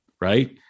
right